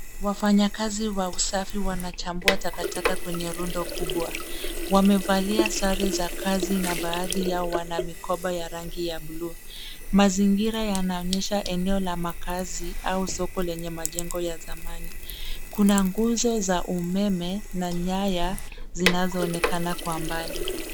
Wafanyi kazi wa usafi wana chambua takataka kwenye rundo kubwa. Wamevalia sare za kazi na baadhi yao wana mikoba yenye rangi ya bluu. Mazingira yanaonyesha eneo la makaazi au soko leye majengo ya zamani. Kuna nguzo za umeme na nyaya zinazo onekana kwa mbali.